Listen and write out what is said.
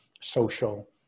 social